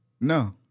No